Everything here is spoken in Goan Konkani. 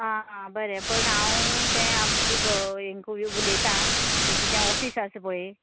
आ आ बरें पण हांव ते आमचे गो उलयतां आमचे जें ऑफिस आसा पळय